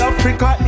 Africa